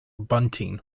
bunting